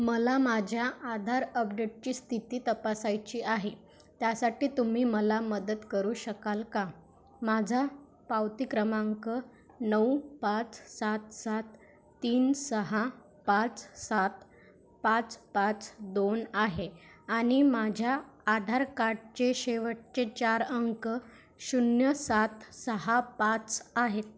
मला माझ्या आधार अपडेटची स्थिती तपासायची आहे त्यासाठी तुम्ही मला मदत करू शकाल का माझा पावती क्रमांक नऊ पाच सात सात तीन सहा पाच सात पाच पाच दोन आहे आणि माझ्या आधार कार्डचे शेवटचे चार अंक शून्य सात सहा पाच आहेत